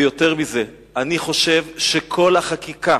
ויותר מזה, אני חושב שכל החקיקה